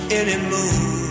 anymore